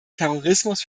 terrorismus